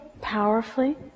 powerfully